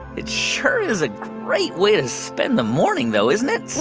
it sure is a great way to spend the morning though, isn't it?